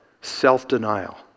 self-denial